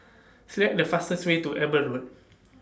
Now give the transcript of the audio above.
Select The fastest Way to Eber Road